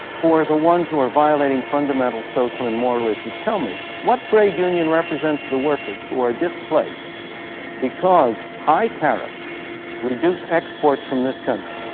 who are the ones who are violating fundamental social and moral issues. tell me, what trade union represents the workers who are displaced because high tariffs reduce exports from this country?